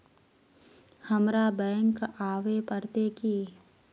हमरा बैंक आवे पड़ते की?